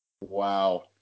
Wow